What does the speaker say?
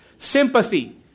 sympathy